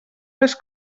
les